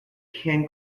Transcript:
can